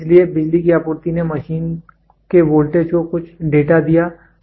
इसलिए बिजली की आपूर्ति ने मशीन के वोल्टेज को कुछ डेटा दिया जो उसने दिया